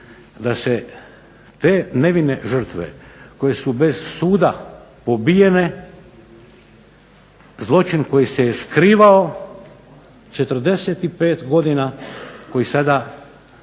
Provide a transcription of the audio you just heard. Da se te nevine žrtve koje su bez suda pobijene, zločin koji se skrivao 45 godina, koji se